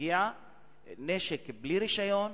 הגיע נשק בלי רשיון,